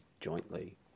jointly